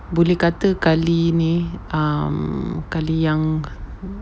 boleh kata kali ini um kali yang